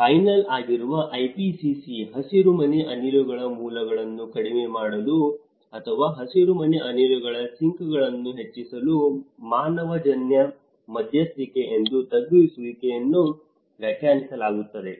panel ಆಗಿರುವ IPCC ಹಸಿರುಮನೆ ಅನಿಲಗಳ ಮೂಲಗಳನ್ನು ಕಡಿಮೆ ಮಾಡಲು ಅಥವಾ ಹಸಿರುಮನೆ ಅನಿಲಗಳ ಸಿಂಕ್ಗಳನ್ನು ಹೆಚ್ಚಿಸಲು ಮಾನವಜನ್ಯ ಮಧ್ಯಸ್ಥಿಕೆ ಎಂದು ತಗ್ಗಿಸುವಿಕೆಯನ್ನು ವ್ಯಾಖ್ಯಾನಿಸಲಾಗುತ್ತದೆ